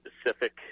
specific